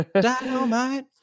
dynamite